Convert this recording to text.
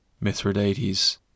Mithridates